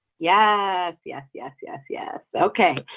yeah yes, yes, yes, yeah okay,